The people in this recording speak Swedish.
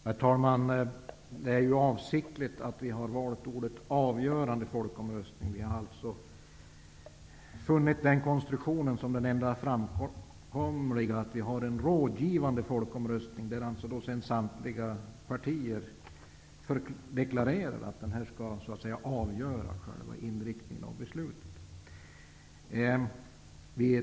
Herr talman! Vi har avsiktligt valt ordet ''avgörande'' vid folkomröstning. Vi har funnit den konstruktionen som den enda framkomliga, dvs. att man har en rådgivande folkomröstning som efter samtliga partiers deklaration skall avgöra inriktningen av beslutet.